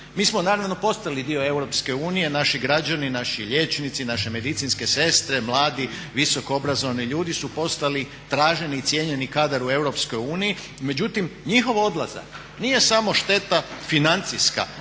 Mi smo naravno postali dio Europske unije, naši građani, naši liječnici, naše medicinske sestre, mladi, visoko obrazovani ljudi su postali traženi i cijenjeni kadar u EU. Međutim, njihov odlazak nije samo šteta financijska,